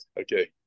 Okay